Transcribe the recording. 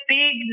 big